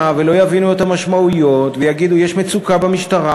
ולא יבינו את המשמעויות ויגידו: יש מצוקה במשטרה,